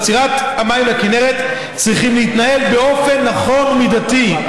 חלוקתן ועצירת זרימת המים לכינרת צריכים להתנהל באופן נכון ומידתי.